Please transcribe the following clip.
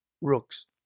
Rooks